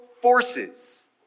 forces